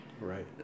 Right